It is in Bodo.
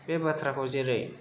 बे बाथ्राखौ जेरै